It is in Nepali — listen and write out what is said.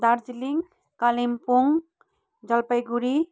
दार्जिलिङ कालिम्पोङ जलपाइगुडी